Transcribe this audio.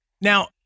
Now